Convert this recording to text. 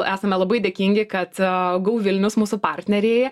esame labai dėkingi kad go vilnius mūsų partneriai